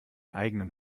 eigenen